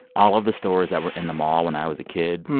all of the stores that were in the mall when i was a kid,